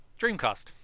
Dreamcast